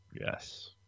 Yes